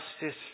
justice